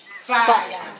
Fire